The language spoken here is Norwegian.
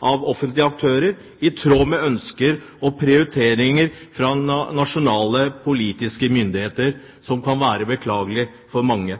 av offentlige aktører, i tråd med ønsker og prioriteringer fra nasjonale politiske myndigheter, som kan være beklagelig for mange.